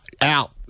out